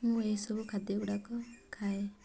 ମୁଁ ଏହିସବୁ ଖାଦ୍ୟଗୁଡ଼ାକ ଖାଏ